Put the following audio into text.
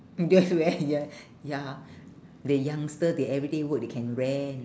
you don't have to wear ya ya the youngster they everyday work they can rent